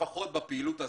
לפחות בפעילות הזאת.